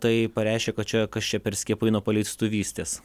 tai pareiškė kad čia kas čia per skiepai nuo paleistuvystės